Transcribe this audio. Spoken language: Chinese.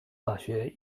大学